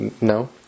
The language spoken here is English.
No